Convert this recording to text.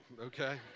Okay